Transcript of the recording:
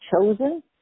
chosen